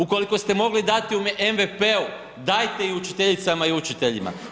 Ukoliko ste mogli dati u MVP-u dajte i učiteljicama i učiteljima.